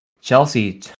Chelsea